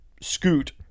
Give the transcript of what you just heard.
Scoot